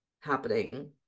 happening